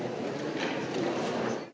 Hvala.